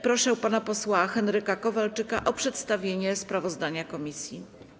Proszę pana posła Henryka Kowalczyka o przedstawienie sprawozdania komisji.